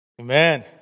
Amen